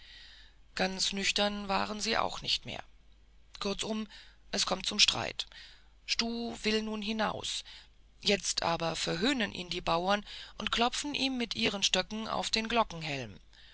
ganz nüchtern waren sie auch nicht mehr kurzum es kommt zum streit stuh will nun hinaus jetzt aber verhöhnen ihn die bauern und klopfen ihm mit ihren stöcken auf den